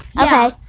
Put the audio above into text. Okay